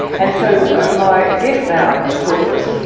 and so my guest now to talk to us,